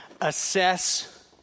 Assess